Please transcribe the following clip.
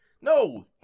No